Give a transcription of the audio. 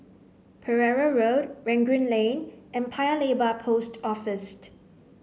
Pereira Road Rangoon Lane and Paya Lebar Post Office